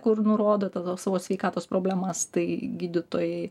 kur nurodo tada savo sveikatos problemas tai gydytojai